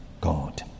God